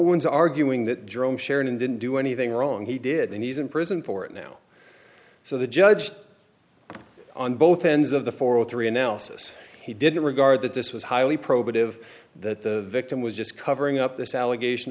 one's arguing that drone sharon and didn't do anything wrong he did and he's in prison for it now so the judge on both ends of the four zero three analysis he didn't regard that this was highly probative that the victim was just covering up this allegation